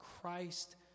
Christ